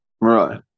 Right